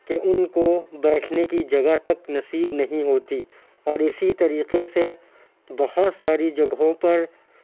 کہ اُن کو بیٹھنے کی جگہ تک نصیب نہیں ہوتی اور اِسی طریقے سے بہت ساری جگہوں پر